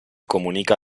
comunica